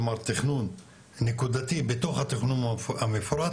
כלומר תכנון נקודתי בתוך התכנון המפורט,